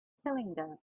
cylinder